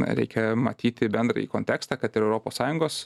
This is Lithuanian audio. reikia matyti bendrąjį kontekstą kad ir europos sąjungos